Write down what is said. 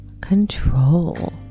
Control